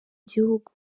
gihugu